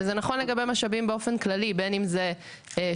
וזה נכון לגבי משאבים באופן כללי בין אם זה שוטרים,